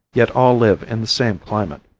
yet all live in the same climate.